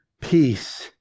peace